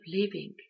living